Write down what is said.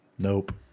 Nope